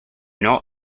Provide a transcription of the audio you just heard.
not